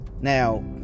Now